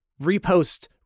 Repost